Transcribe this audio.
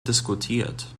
diskutiert